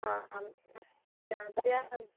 आम् अस्ति पर्याप्तं